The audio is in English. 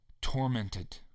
tormented